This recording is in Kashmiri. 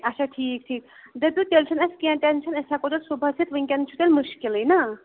اچھا ٹھیٖک ٹھیٖک دٔپِو تیٚلہِ چھُنہٕ اَسہِ کینٛہہ ٹٮ۪نشَن أسۍ ہٮ۪کو تیٚلہِ صُبحَس یِتھ وٕنۍکٮ۪ن چھُ تیٚلہِ مُشکِلٕے نَہ